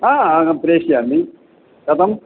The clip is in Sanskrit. अहं प्रेषयामि कथं